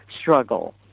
struggle